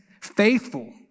faithful